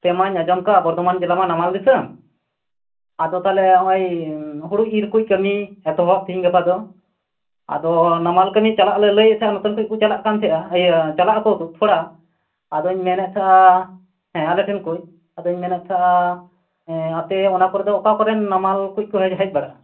ᱟᱯᱮᱢᱟᱧ ᱟᱸᱡᱚᱢ ᱠᱟᱜ ᱵᱚᱨᱫᱦᱚᱢᱟᱱ ᱡᱮᱞᱟ ᱢᱟ ᱱᱟᱢᱟᱞ ᱫᱤᱥᱚᱢ ᱟᱫᱚ ᱛᱟᱦᱮᱞᱮ ᱚᱸᱭᱻ ᱦᱩᱲᱩ ᱤᱨ ᱠᱚᱭᱡ ᱠᱟ ᱢᱤ ᱮᱛᱚᱦᱚᱵ ᱛᱤᱦᱤᱧ ᱜᱟᱯᱟᱫᱚ ᱟᱫᱚ ᱱᱟᱢᱟᱞ ᱠᱟ ᱢᱤ ᱪᱟᱞᱟᱜ ᱞᱟ ᱞᱟ ᱭ ᱪᱷᱟ ᱱᱚᱛᱮᱱ ᱠᱚᱭᱡ ᱠᱚ ᱪᱟᱞᱟᱜ ᱠᱟᱱ ᱪᱮ ᱟ ᱤᱭᱟᱹ ᱪᱟᱞᱟᱜ ᱼᱟ ᱠᱚ ᱛᱦᱚᱲᱟ ᱟᱫᱚᱧ ᱢᱮᱱᱮᱫ ᱛᱟᱦᱮᱜᱼᱟ ᱦᱮᱸ ᱟᱞᱮᱥᱮᱱ ᱠᱚᱭᱡ ᱟᱫᱚᱧ ᱢᱮᱱᱮᱜ ᱛᱟᱦᱮᱸ ᱟ ᱮᱸ ᱟᱯᱮ ᱚᱱᱟ ᱠᱚᱨᱮᱫᱚ ᱚᱠᱟ ᱠᱚᱨᱮᱱ ᱱᱟᱢᱟᱞ ᱠᱚᱭᱡ ᱠᱚ ᱦᱮ ᱦᱮᱡ ᱵᱟᱲᱟᱜ ᱼᱟ